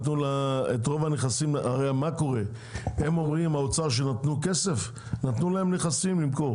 האוצר אומר שהוא נתן כסף, אבל נתן להם למכור